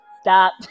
Stop